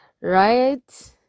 right